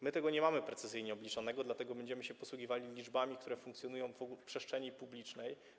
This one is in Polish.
My tego nie mamy precyzyjnie obliczonego, dlatego będziemy się posługiwali liczbami, które funkcjonują w przestrzeni publicznej.